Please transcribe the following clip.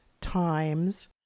times